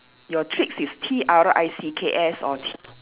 your tricks is T R I C K S or T